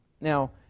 Now